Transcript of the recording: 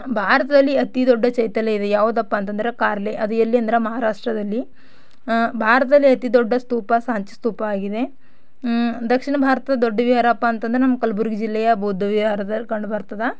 ಭಾರತದಲ್ಲಿ ಅತಿ ದೊಡ್ಡ ಚೈತ್ಯಾಲಯ ಇವೆ ಯಾವುದಪ್ಪ ಅಂತಂದರೆ ಕಾರ್ಲೆ ಅದು ಎಲ್ಲಿಯಂದ್ರೆ ಮಹಾರಾಷ್ಟ್ರದಲ್ಲಿ ಭಾರತದಲ್ಲಿ ಅತಿ ದೊಡ್ಡ ಸ್ತೂಪ ಸಾಂಚಿ ಸ್ತೂಪ ಆಗಿದೆ ದಕ್ಷಿಣ ಭಾರತದ ದೊಡ್ಡ ವಿಹಾರಪ್ಪ ಅಂತಂದ್ರೆ ನಮ್ಮ ಕಲ್ಬುರ್ಗಿ ಜಿಲ್ಲೆಯ ಬೌದ್ಧ ವಿಹಾರದಲ್ಲಿ ಕಂಡು ಬರ್ತದೆ